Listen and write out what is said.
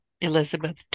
elizabeth